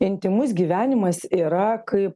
intymus gyvenimas yra kaip